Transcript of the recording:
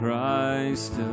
Christ